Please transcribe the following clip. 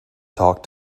talk